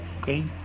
Okay